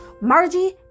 Margie